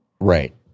Right